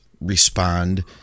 respond